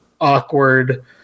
awkward